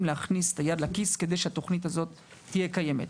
להכניס את היד לכיס כדי שהתוכנית הזאת תהיה קיימת.